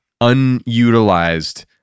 unutilized